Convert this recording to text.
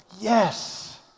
Yes